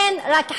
אין רק "חמאס"